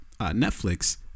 Netflix